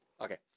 Okay